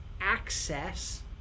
access